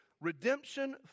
redemption